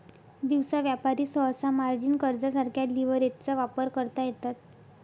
दिवसा व्यापारी सहसा मार्जिन कर्जासारख्या लीव्हरेजचा वापर करतात